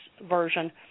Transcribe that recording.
version